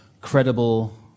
credible